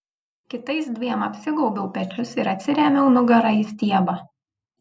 kitais dviem apsigaubiau pečius ir atsirėmiau nugara į stiebą